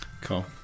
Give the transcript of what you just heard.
Cool